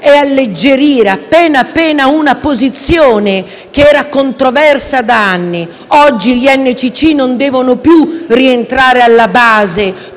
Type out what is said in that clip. alleggerire una posizione che era controversa da anni. Oggi gli NCC non devono più rientrare alla base;